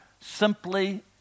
Simply